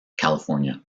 california